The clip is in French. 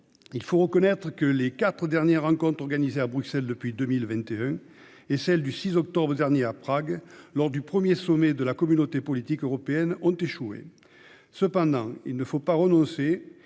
il faut le reconnaître -, les quatre rencontres organisées à Bruxelles depuis 2021, comme celle du 6 octobre dernier à Prague, lors du premier sommet de la Communauté politique européenne, ont échoué. Toutefois, il ne faut pas renoncer.